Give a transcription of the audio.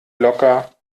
locker